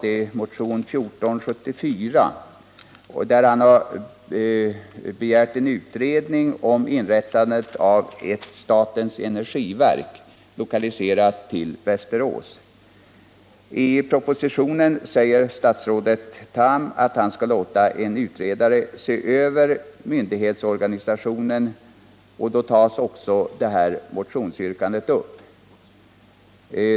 Det är motionen 1474, i vilken han har begärt en utredning om inrättandet av ett statens energiverk, lokaliserat till Västerås. I propositionen säger statsrådet Tham att han skall låta en utredare se över myndighetsorganisationen. I samband därmed kommer också detta motionsyrkande att tas upp.